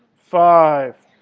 five.